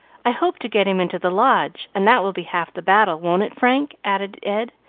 i hope to get him into the lodge, and that will be half the battle, won't it, frank? added ed,